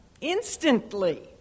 instantly